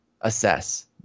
assess